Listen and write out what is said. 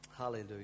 Hallelujah